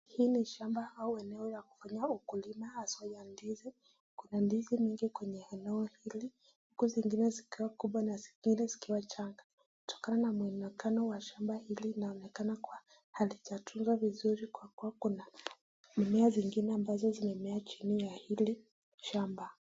Hii ni shamba au eneo ya kufanyia ukulima haswa ya ndizi. Kuna ndizi mingi kwenye eneo hili huku zingine zikiwa kubwa na zingine zikiwa changa. Kutokana na mwonekano wa shamba hili inaonekana kuwa halijatunzwa vizuri kwa kuwa kuna mimea zingine ambazo zimemea chini ya hili shamba.